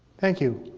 thank you.